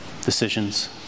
decisions